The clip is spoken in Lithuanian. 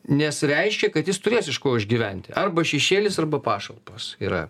nes reiškia kad jis turės iš ko išgyventi arba šešėlis arba pašalpos yra